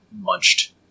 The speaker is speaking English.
munched